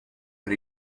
per